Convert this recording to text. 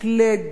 הקלד